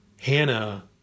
Hannah